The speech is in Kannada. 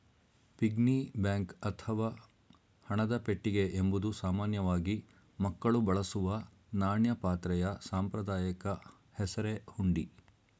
ಪಿಗ್ನಿ ಬ್ಯಾಂಕ್ ಅಥವಾ ಹಣದ ಪೆಟ್ಟಿಗೆ ಎಂಬುದು ಸಾಮಾನ್ಯವಾಗಿ ಮಕ್ಕಳು ಬಳಸುವ ನಾಣ್ಯ ಪಾತ್ರೆಯ ಸಾಂಪ್ರದಾಯಿಕ ಹೆಸರೇ ಹುಂಡಿ